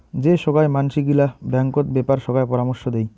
যে সোগায় মানসি গিলা ব্যাঙ্কত বেপার সোগায় পরামর্শ দেই